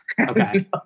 Okay